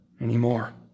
Anymore